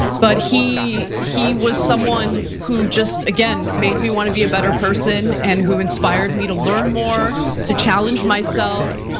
but he he was someone who just, again, made me wanna be a better person and who inspired me to learn more, to challenge myself,